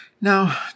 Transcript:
Now